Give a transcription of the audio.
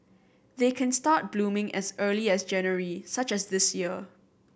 they can start blooming as early as January such as this year